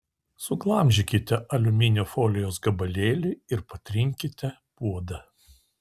suglamžykite aliuminio folijos gabalėlį ir patrinkite puodą